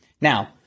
Now